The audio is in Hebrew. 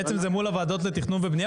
--- בעצם זה מול הוועדות לתכנון ובנייה,